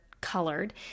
colored